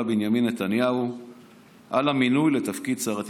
בנימין נתניהו על המינוי לתפקיד שר התקשורת.